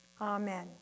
Amen